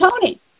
Tony